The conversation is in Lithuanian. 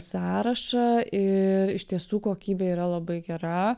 sąrašą ir iš tiesų kokybė yra labai gera